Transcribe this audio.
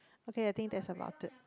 okay I think that's about it